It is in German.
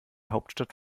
hauptstadt